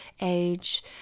age